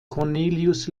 cornelius